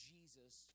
Jesus